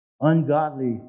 ungodly